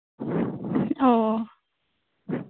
ᱳ